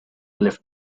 left